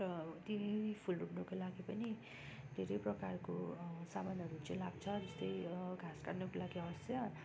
र ती फुल रोप्नका लागि पनि धेरै प्रकारको सामानहरू चाहिँ लाग्छ जस्तै घाँस काट्नको लागि हँसिया